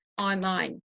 online